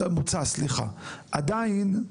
עדיין,